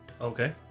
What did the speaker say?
Okay